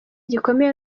gikomeye